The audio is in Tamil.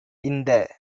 இந்த